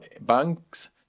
Banks